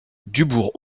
dubourg